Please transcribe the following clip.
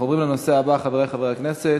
אנחנו עוברים לנושא הבא, חברי חברי הכנסת: